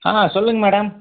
ஆ சொல்லுங்கள் மேடம்